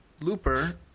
Looper